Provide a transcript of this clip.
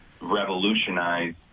revolutionize